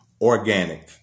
organic